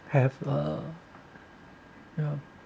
have a ya